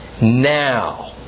Now